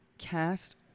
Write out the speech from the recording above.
cast